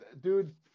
dude